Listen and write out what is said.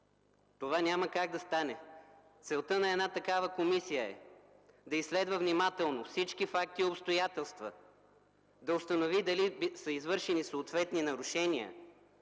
това няма как да стане! Целта на една такава комисия, дами и господа, е да изследва внимателно всички факти и обстоятелства, да установи дали са извършени съответни нарушения,